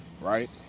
right